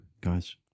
guys